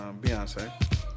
Beyonce